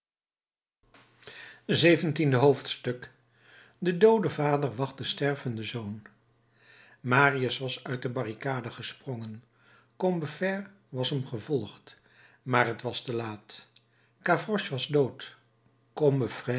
zeventiende hoofdstuk de doode vader wacht den stervenden zoon marius was uit de barricade gesprongen combeferre was hem gevolgd maar het was te laat gavroche was dood